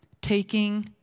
taking